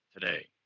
today